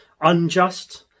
unjust